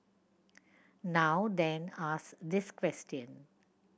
now then ask this question